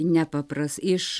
nepapras iš